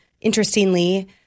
interestingly